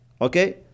Okay